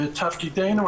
תפקידנו,